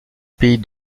pays